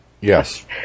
Yes